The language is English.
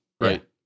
Right